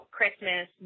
Christmas